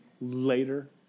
later